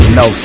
no